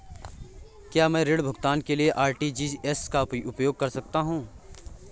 क्या मैं ऋण भुगतान के लिए आर.टी.जी.एस का उपयोग कर सकता हूँ?